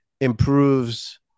improves